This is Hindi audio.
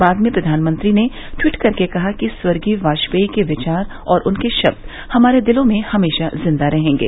बाद में प्रधानमंत्री ने ट्वीट कर कहा कि स्वर्गीय वाजपेई के विचार और उनके शब्द हमारे दिलों में हमेशा जिन्दा रहेंगे